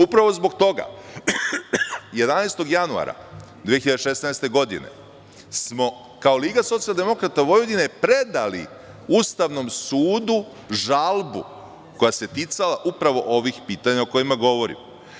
Upravo zbog toga 11. januara 2016. godine smo kao LSV predali Ustavnom sudu žalbu koja se ticala upravo ovih pitanja o kojima govorim.